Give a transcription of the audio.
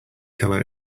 colour